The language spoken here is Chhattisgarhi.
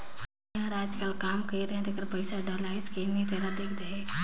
मै हर अईचकायल काम कइर रहें तेकर पइसा डलाईस कि नहीं तेला देख देहे?